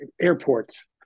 airports